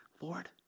Lord